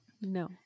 No